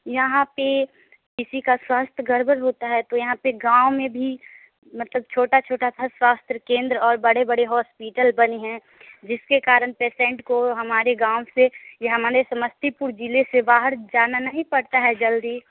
यहाँ पर किसी का स्वास्थ गड़बड़ होता है तो यहाँ पर गाँव भी मतलब छोटा छोटा सा स्वास्थ्य केंद्र और बड़े बड़े हॉस्पिटल बने हैं जिसके कारण पेशेंट को हमारे गाँव से या हमारे समस्तीपुर जिले से बाहर जाना नहीं पड़ता है जल्दी